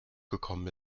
gekommen